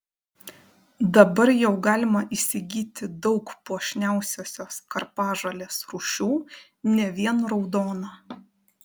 dabar jau galima įsigyti daug puošniausiosios karpažolės rūšių ne vien raudoną